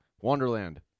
wonderland